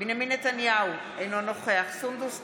בנימין נתניהו, אינו נוכח סונדוס סאלח,